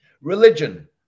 Religion